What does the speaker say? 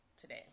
today